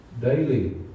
Daily